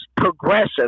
progressive